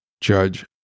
Judge